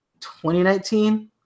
2019